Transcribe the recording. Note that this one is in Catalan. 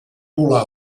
volar